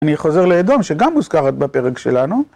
אני חוזר לאדום שגם מוזכר רק בפרק שלנו.